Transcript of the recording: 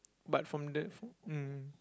but from the mm